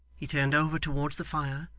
he turned over towards the fire,